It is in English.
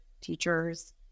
teachers